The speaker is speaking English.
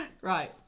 right